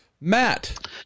Matt